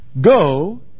Go